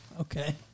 Okay